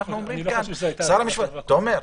תומר,